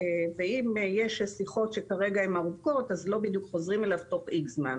ואם יש שיחות שכרגע הן ארוכות אז לא בדיוק חוזרים אליו תוך איקס זמן.